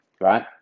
right